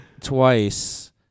twice